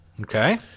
Okay